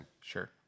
Sure